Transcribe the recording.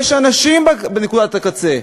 יש אנשים בנקודת הקצה,